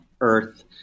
earth